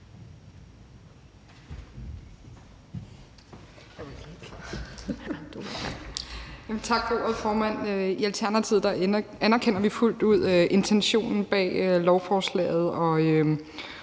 Tak for ordet, formand. I Alternativet anerkender vi fuldt ud intentionen bag lovforslaget og